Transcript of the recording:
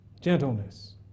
Gentleness